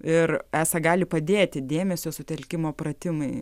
ir esą gali padėti dėmesio sutelkimo pratimai